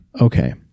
okay